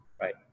right